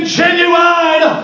genuine